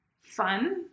fun